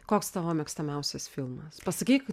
koks tavo mėgstamiausias filmas pasakyk